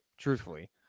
Truthfully